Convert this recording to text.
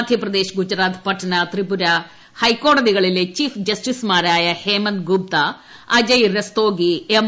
മധ്യപ്രദേശ് ഗുജറാത്ത് പട്ന ത്രിപുര ഹൈക്കോടതികളിലെ ചീഫ് ജസ്റ്റിസുമാരായ ഹേമന്ദ് ഗുപ്ത അജയ് രസ്തോഗി എം